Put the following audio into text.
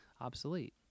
obsolete